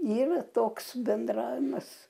yra toks bendravimas